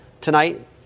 tonight